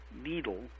needle